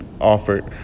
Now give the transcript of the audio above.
offered